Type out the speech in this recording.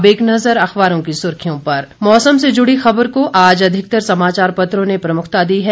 अब एक नजर अखबारों की सुर्खियों पर मौसम से जुड़ी खबर को आज अधिकतर समाचार पत्रों ने प्रमुखता दी है